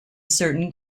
certain